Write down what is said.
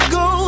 go